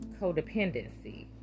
codependency